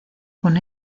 con